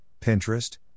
Pinterest